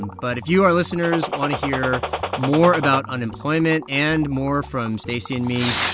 but if you, our listeners, want to hear more about unemployment and more from stacey and me,